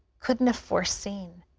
couldn't have foreseen.